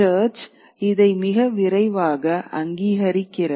search இதை மிக விரைவாக அங்கீகரிக்கிறது